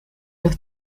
los